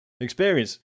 experience